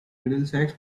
middlesex